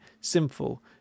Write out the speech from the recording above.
sinful